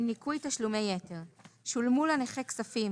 "ניכוי תשלומי יתר 16. (א) שולמו לנכה כספים